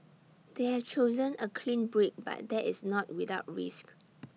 they have chosen A clean break but that is not without risk